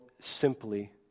simply